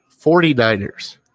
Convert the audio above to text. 49ers